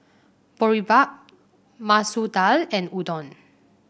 Boribap Masoor Dal and Udon